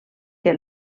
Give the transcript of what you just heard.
que